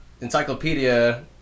encyclopedia